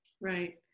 right